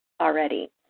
already